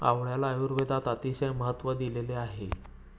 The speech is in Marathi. आवळ्याला आयुर्वेदात अतिशय महत्त्व दिलेले आहे